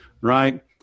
right